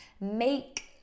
Make